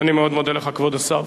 אני מאוד מודה לך, כבוד השר.